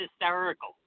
hysterical